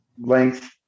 length